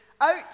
out